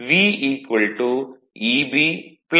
ஆக V Eb Iara